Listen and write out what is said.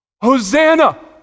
Hosanna